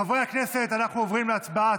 חברי הכנסת, אנחנו עוברים להצבעה.